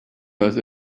both